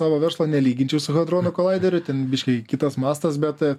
savo verslo nelyginčiau su hadronų kolaideriu ten biškį kitas mastas bet